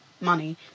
money